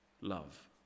love